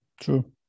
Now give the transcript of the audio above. True